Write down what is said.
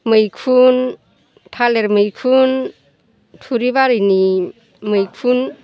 मैखुन थालिर मैखुन थुरिबारिनि मैखुन